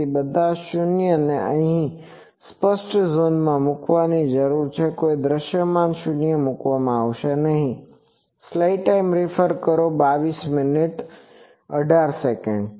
તેથી બધા શૂન્ય ને અહીં અસ્પષ્ટ ઝોન માં મૂકવાની જરૂર છે કોઈ દૃશ્યમાન શૂન્ય મૂકવામાં આવશે નહીં